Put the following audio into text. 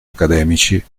accademici